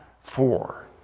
four